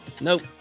nope